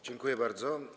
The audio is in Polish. Dziękuję bardzo.